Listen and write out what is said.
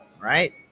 Right